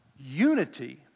unity